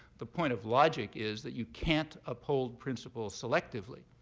the point of logic is that you can't uphold principles selectively.